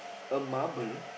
a marble